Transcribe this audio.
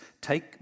take